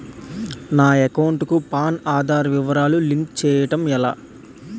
నా అకౌంట్ కు పాన్, ఆధార్ వివరాలు లింక్ చేయటం ఎలా?